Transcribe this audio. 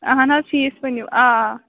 اَہن حظ فیٖس ؤنِو آ